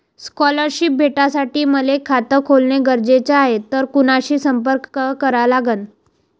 Scholarship भेटासाठी मले खात खोलने गरजेचे हाय तर कुणाशी संपर्क करा लागन?